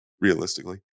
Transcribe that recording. realistically